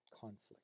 conflict